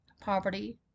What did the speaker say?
poverty